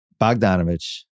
Bogdanovich